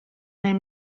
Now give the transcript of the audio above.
nel